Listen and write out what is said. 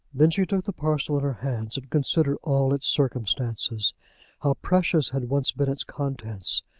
then she took the parcel in her hands, and considered all its circumstances how precious had once been its contents,